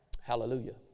Hallelujah